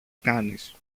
κάνεις